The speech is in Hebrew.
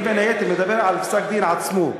אני בין היתר מדבר על פסק-הדין עצמו,